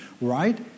right